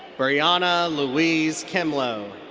brianna louise kemlo.